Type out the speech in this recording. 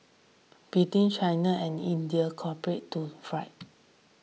between China and India cooperate to fight